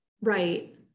Right